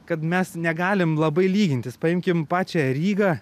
kad mes negalim labai lygintis paimkim pačią rygą